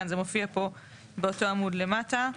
כאן זה מופיע פה באותו עמוד למטה.